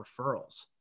referrals